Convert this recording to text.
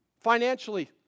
financially